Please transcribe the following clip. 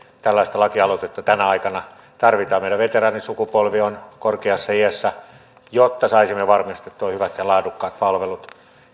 tällaista lakialoitetta tänä aikana tarvitaan meidän veteraanisukupolvemme on korkeassa iässä jotta saisimme varmistettua hyvät ja laadukkaat palvelut